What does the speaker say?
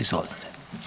Izvolite.